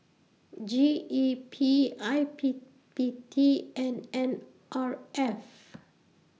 G E P I P P T and N R F